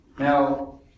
Now